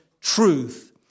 truth